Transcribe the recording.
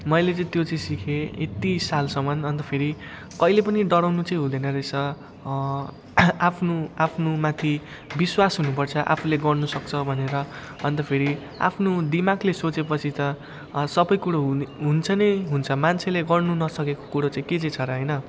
मैले चाहिँ त्यो चाहिँ सिकेँ यत्ति सालसम्म अन्त फेरि कहिले पनि डराउनु चाहिँ हुँदैन रहेछ आफ्नो आफ्नोमाथि विश्वास हुनुपर्छ आफूले गर्नसक्छ भनेर अन्त फेरि आफ्नो दिमागले सोचेपछि त सबै कुरो हुने हुन्छ नै हुन्छ मान्छेले गर्नु नसकेको कुरो चाहिँ के चाहिँ छ र होइन